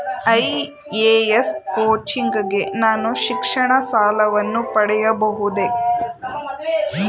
IAS coaching ಗೆ ನಾನು ಶಿಕ್ಷಣ ಸಾಲವನ್ನು ಪಡೆಯಬಹುದೇ?